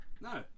no